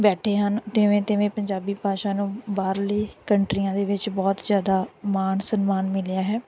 ਬੈਠੇ ਹਨ ਤਿਵੇਂ ਤਿਵੇਂ ਪੰਜਾਬੀ ਭਾਸ਼ਾ ਨੂੰ ਬਾਹਰਲੀ ਕੰਟਰੀਆਂ ਦੇ ਵਿੱਚ ਬਹੁਤ ਜ਼ਿਆਦਾ ਮਾਣ ਸਨਮਾਨ ਮਿਲਿਆ ਹੈ